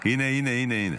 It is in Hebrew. הינה, הינה.